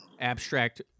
abstract